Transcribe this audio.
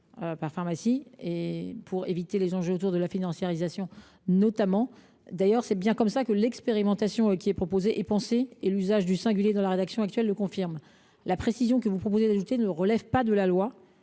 une seule antenne, pour éviter le risque de financiarisation notamment. D’ailleurs, c’est bien comme cela que l’expérimentation est pensée : l’usage du singulier dans la rédaction actuelle le confirme. La précision que vous proposez d’ajouter ne relève pas de la loi.